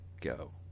go